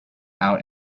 out